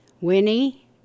Winnie